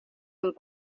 amb